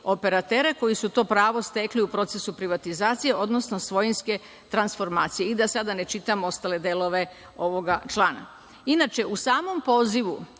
operatera koji su to pravo stekli u procesu privatizacije, odnosno svojinske transformacije, i da sada ne čitam ostale delove ovoga člana. Inače, u samom pozivu